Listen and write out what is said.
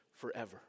forever